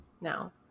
now